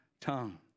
tongue